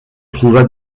trouva